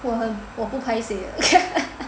我很我不 paiseh 的